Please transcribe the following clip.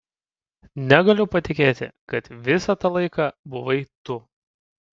negaliu patikėti kad visą tą laiką buvai tu